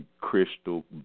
crystal